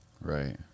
Right